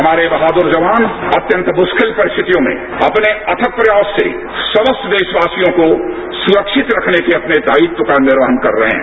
हमारे बहादुर जवान अत्यंत मुश्किल परिस्थितियों में अपने अथक प्रयास से समस्त देशवासियों को सुरक्षित रखने के अपने दायित्व का निर्वहन कर रहे है